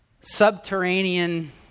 subterranean